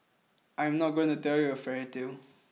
I'm not going to tell you a fairy tale